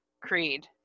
creed